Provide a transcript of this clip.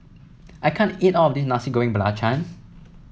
I can't eat all of this Nasi Goreng Belacan